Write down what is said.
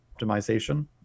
optimization